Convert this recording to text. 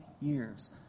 years